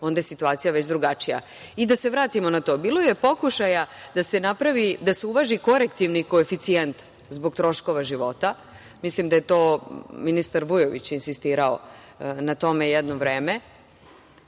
onda je situacija već drugačija. Da se vratimo. Bilo je pokušaja da se uvaži korektivni koeficijent zbog troškova života. Mislim da j e to ministar Vujović insistirao na tome jedno vreme,